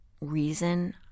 reason